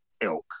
elk